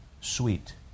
sweet